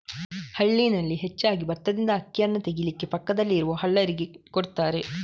ಹಳ್ಳಿನಲ್ಲಿ ಹೆಚ್ಚಾಗಿ ಬತ್ತದಿಂದ ಅಕ್ಕಿಯನ್ನ ತೆಗೀಲಿಕ್ಕೆ ಪಕ್ಕದಲ್ಲಿ ಇರುವ ಹಲ್ಲರಿಗೆ ಕೊಡ್ತಾರೆ